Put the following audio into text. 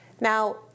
Now